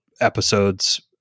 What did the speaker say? episodes